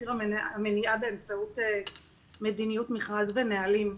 ציר המניעה באמצעות מדיניות מכרז ונהלים.